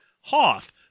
Hoth